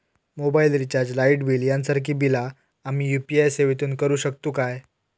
Mobile recharge, light bill यांसारखी बिला आम्ही यू.पी.आय सेवेतून करू शकतू काय?